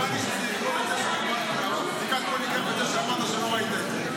רון רצה בדיקת פוליגרף על זה שאמרת שלא ראית את זה.